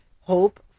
hope